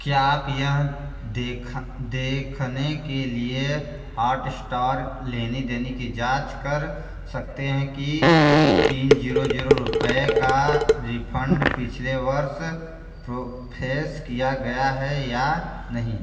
क्या आप यह देख देखने के लिए हॉटस्टार लेनी देनी की जाँच कर सकते हैं कि तीन ज़ीरो ज़ीरो रुपये का रिफ़ंड पिछले वर्ष प्रोफेस किया गया है या नहीं